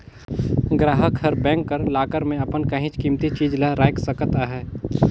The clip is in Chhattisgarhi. गराहक हर बेंक कर लाकर में अपन काहींच कीमती चीज ल राएख सकत अहे